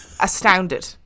astounded